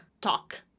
Talk